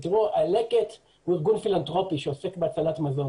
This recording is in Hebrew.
לקט הוא ארגון פילנתרופי שעוסק בהצלת מזון